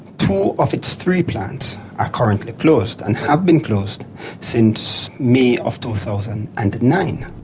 two of its three plants are currently closed and have been closed since may of two thousand and nine.